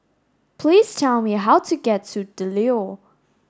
please tell me how to get to The Leo